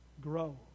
grow